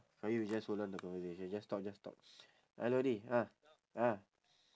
qayyum you just hold on the conversation just talk just talk hello di ah ah